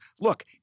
look